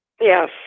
Yes